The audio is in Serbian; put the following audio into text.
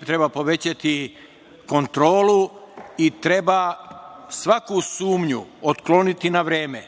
treba povećati kontrolu i treba svaku sumnju otkloniti na vreme.